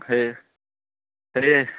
সেই সেইয়ে